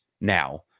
now